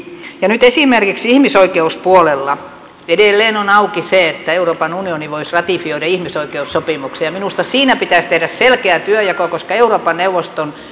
ja nyt esimerkiksi ihmisoikeuspuolella edelleen on auki se että euroopan unioni voisi ratifioida ihmisoikeussopimuksen ja minusta siinä pitäisi tehdä selkeä työnjako koska euroopan neuvoston